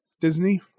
Disney